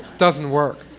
doesn't work.